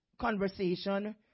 conversation